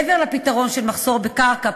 מעבר לפתרון של מחסור בקרקע,